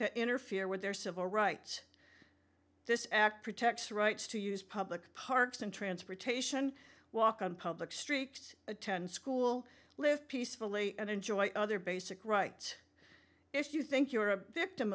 to interfere with their civil rights this act protects rights to use public parks in transportation walk on public streets attend school live peacefully and enjoy other basic rights if you think you're a victim